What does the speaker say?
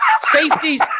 Safeties